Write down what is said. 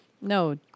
No